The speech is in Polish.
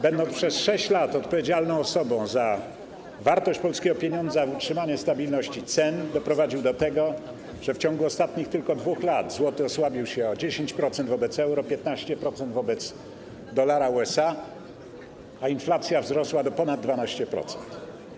Będąc przez 6 lat osobą odpowiedzialną za wartość polskiego pieniądza, utrzymanie stabilności cen, doprowadził do tego, że w ciągu tylko ostatnich 2 lat złoty osłabił się o 10% wobec euro, 15% wobec dolara USA, a inflacja wzrosła do ponad 12%.